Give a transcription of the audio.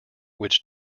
which